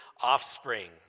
offspring